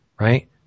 right